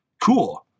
Cool